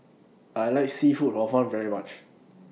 I like Seafood Hor Fun very much